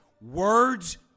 Words